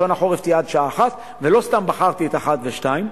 ובשעות החורף תהיה עד השעה 13:00. ולא סתם בחרתי את 13:00 ו-14:00.